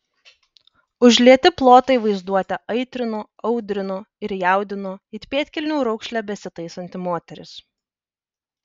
užlieti plotai vaizduotę aitrino audrino ir jaudino it pėdkelnių raukšlę besitaisanti moteris